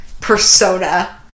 persona